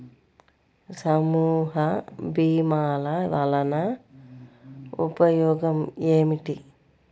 సమూహ భీమాల వలన ఉపయోగం ఏమిటీ?